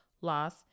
loss